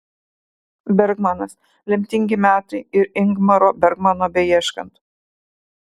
bergmanas lemtingi metai ir ingmaro bergmano beieškant